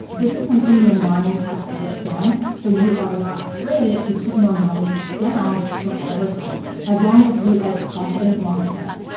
this is something your mind has to understand so you are not afraid to put more money down for advertising as long as you are profiting long term.